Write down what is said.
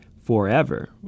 forever